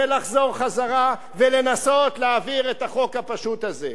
ולחזור ולנסות להעביר את החוק הפשוט הזה.